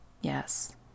Yes